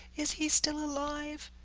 is he still alive?